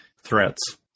threats